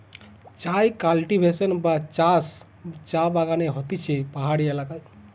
চায় কাল্টিভেশন বা চাষ চা বাগানে হতিছে পাহাড়ি এলাকায়